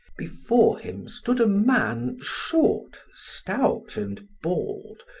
before him stood a man, short, stout, and bald,